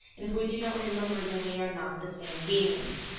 and if we do not remember then we are not the same beings.